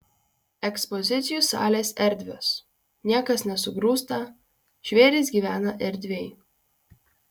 ekspozicijų salės erdvios niekas nesugrūsta žvėrys gyvena erdviai